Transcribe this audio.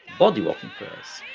body-rocking prayers,